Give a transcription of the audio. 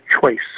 choice